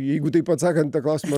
jeigu taip atsakant į tą klausimą